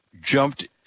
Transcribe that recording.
jumped